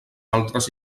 altres